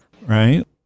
right